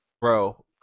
bro